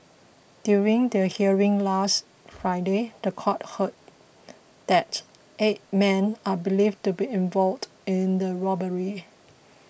during the hearing last Friday the court heard that eight men are believed to be involved in the robbery